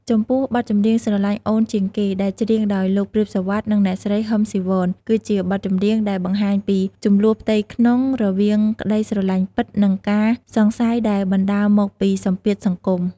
ចំពោះបទចម្រៀង ស្រលាញ់អូនជាងគេ ដែលច្រៀងដោយលោក ព្រាប សុវត្ថិ និងអ្នកស្រី ហ៊ឹម ស៊ីវន គឺជាបទចម្រៀងដែលបង្ហាញពី ជម្លោះផ្ទៃក្នុងរវាងក្តីស្រឡាញ់ពិត និងការសង្ស័យដែលបណ្ដាលមកពីសម្ពាធសង្គម។